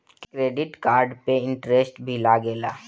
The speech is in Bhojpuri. क्रेडिट कार्ड पे इंटरेस्ट भी लागेला?